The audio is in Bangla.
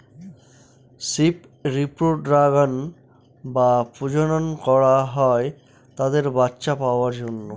শিপ রিপ্রোডাক্সন বা প্রজনন করা হয় তাদের বাচ্চা পাওয়ার জন্য